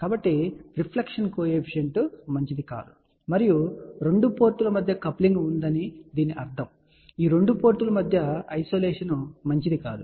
కాబట్టి reflection coefficient మంచిది కాదు మరియు రెండు పోర్టుల మధ్య కప్లింగ్ ఉంది దీని అర్థం ఈ రెండు పోర్టుల మధ్య ఐసోలేషన్ మంచిది కాదు